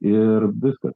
ir viskas